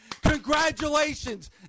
Congratulations